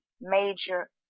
major